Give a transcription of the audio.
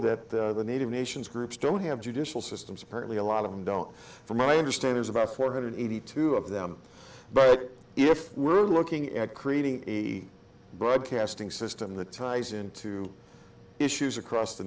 that the native nations groups don't have judicial systems apparently a lot of them don't from i understand there's about four hundred eighty two of them but if we're looking at creating a broadcasting system the ties into issues across the